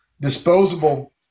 disposable